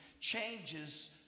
changes